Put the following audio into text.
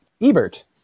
Ebert